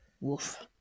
woof